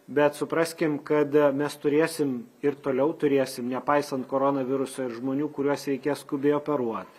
bet supraskim kad mes turėsim ir toliau turėsim nepaisant koronaviruso ir žmonių kuriuos reikės skubiai operuot